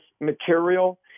material